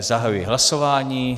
Zahajuji hlasování.